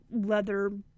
leather